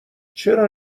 چرا